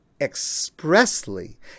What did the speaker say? expressly